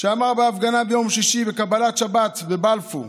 שאמר בהפגנה ביום שישי בקבלת שבת בבלפור: